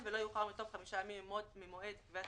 תביעה